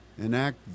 Enact